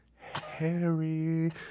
Harry